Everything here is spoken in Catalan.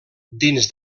dins